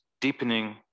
deepening